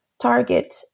target